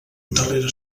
darrere